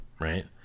right